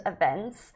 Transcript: events